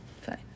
fine